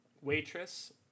waitress